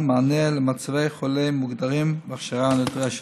מענה למצבי חולי מוגדרים וההכשרה הנדרשת.